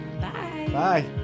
Bye